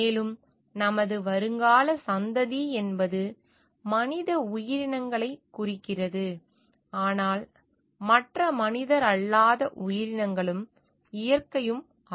மேலும் நமது வருங்கால சந்ததி என்பது மனித உயிரினங்களை குறிக்கிறது ஆனால் மற்ற மனிதரல்லாத உயிரினங்களும் இயற்கையும் ஆகும்